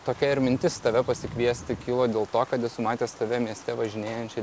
tokia ir mintis tave pasikviesti kilo dėl to kad esu matęs tave mieste važinėjančią